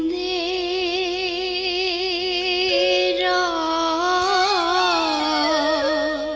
e ah